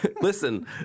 listen